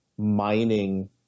mining